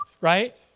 right